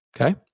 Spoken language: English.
Okay